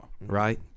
Right